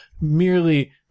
merely